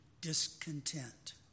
discontent